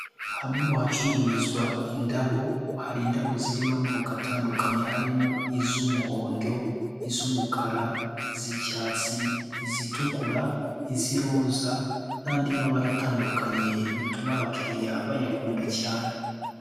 Hamwe mu hacururizwa indabo, hari indabo zirimo amoko atandukanye harimo iz'umuhondo, iz'umukara, iz'icyatsi, iz'itukura, iz'iroza n'andi mabara atandukanye bituma abakiriya bayakunda cyane.